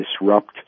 disrupt